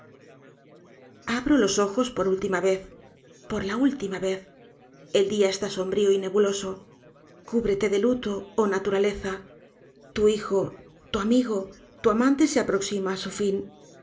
abro los ojos por la última vez por la última vez el dia está sombrío y nebuloso cúbrete de luto oh naturaleza tu hijo tu amigo tu amante se aproxima á su fin